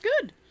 good